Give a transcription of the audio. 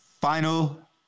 Final